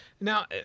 Now